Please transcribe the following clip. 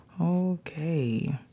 Okay